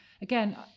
again